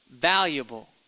Valuable